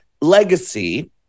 legacy